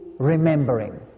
remembering